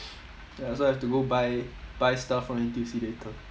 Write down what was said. ya so I have to go buy buy stuff from N_T_U_C later